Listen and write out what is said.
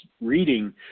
reading